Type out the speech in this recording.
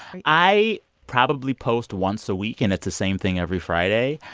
and i probably post once a week, and it's the same thing every friday.